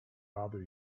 bother